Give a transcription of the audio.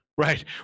Right